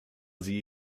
sie